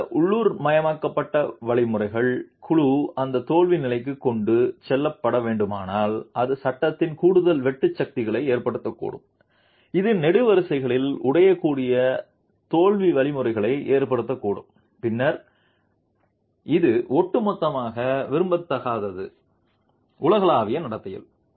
அந்த உள்ளூர்மயமாக்கப்பட்ட வழிமுறைகள் குழு அந்த தோல்வி நிலைக்கு கொண்டு செல்லப்பட வேண்டுமானால் அது சட்டத்தில் கூடுதல் வெட்டு சக்திகளை ஏற்படுத்தக்கூடும் இது நெடுவரிசைகளில் உடையக்கூடிய தோல்வி வழிமுறைகளை ஏற்படுத்தக்கூடும் பின்னர் இது ஒட்டுமொத்தமாக விரும்பத்தகாதது உலகளாவிய நடத்தையில்